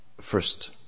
first